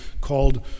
called